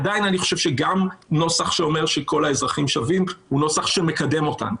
עדיין אני חושב שגם נוסח שאומר שכל האזרחים שווים הוא נוסח שמקדם אותנו.